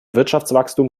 wirtschaftswachstum